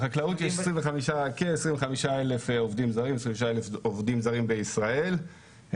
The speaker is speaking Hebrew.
בחקלאות יש כ-25,000 עובדים זרים בישראל,